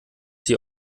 sie